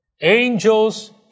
Angels